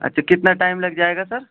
اچھا کتنا ٹائم لگ جائے گا سر